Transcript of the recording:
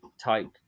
type